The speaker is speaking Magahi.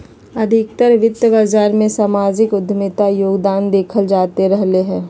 अधिकतर वित्त बाजार मे सामाजिक उद्यमिता के योगदान देखल जाते रहलय हें